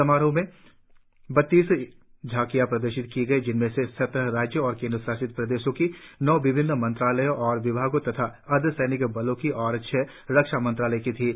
समारोह में बत्तीस झांकियां प्रदर्शित की गई जिनमें से सत्रह राज्यों और केंद्र शासित प्रदेशों की नौ विभिन्न मंत्रालयों और विभागों तथा अर्धसैनिक बलों की और छह रक्षामंत्रालय की थीं